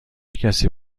کسی